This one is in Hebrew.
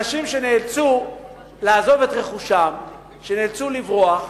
אנשים שנאלצו לעזוב את רכושם, שנאלצו לברוח,